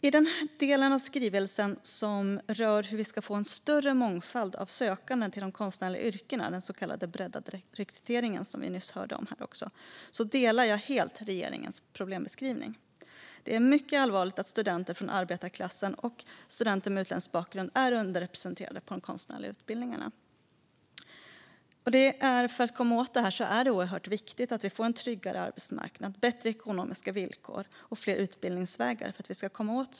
I den del av skrivelsen som rör hur vi ska få en större mångfald av sökande till de konstnärliga yrkena, den så kallade breddade rekryteringen som vi nyss hörde om här, delar jag helt regeringens problembeskrivning. Det är mycket allvarligt att studenter från arbetarklassen och studenter med utländsk bakgrund är underrepresenterade på de konstnärliga utbildningarna. För att komma åt problemet är det oerhört viktigt med en tryggare arbetsmarknad, bättre ekonomiska villkor och fler utbildningsvägar.